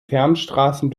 fernstraßen